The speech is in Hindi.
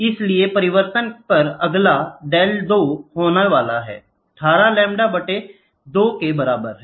इसलिए परिवर्तन पर अगला डेल 2 होने वाला है 18 लैंबडा बटे 2 के बराबर है